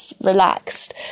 relaxed